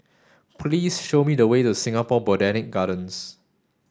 please show me the way to Singapore Botanic Gardens